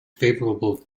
favorable